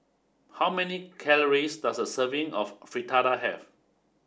how many calories does a serving of Fritada have